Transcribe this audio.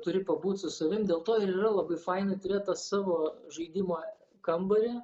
turi pabūt su savim dėl to ir yra labai faina turėt tas savo žaidimo kambarį